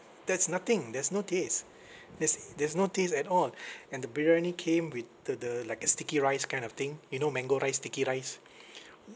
there's nothing there's no taste there's there's no taste at all and the biryani came with the the like a sticky rice kind of thing you know mango rice sticky rice